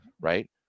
right